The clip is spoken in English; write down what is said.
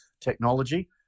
technology